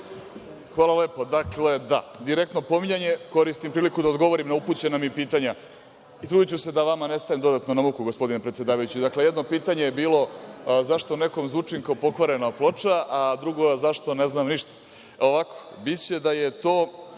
Hvala lepo. Direktno pominjanje i koristim priliku da odgovorim na upućena mi pitanja. Trudiću se da vama ne stajem dodatno na muku, gospodine predsedavajući. Jedno pitanje je bilo zašto nekom zvučim kao pokvarena ploča, a drugo zašto ne znam ništa. Biće da je to